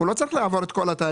הוא לא צריך לעבור את כל התהליך,